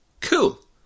Cool